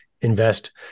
invest